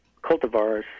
cultivars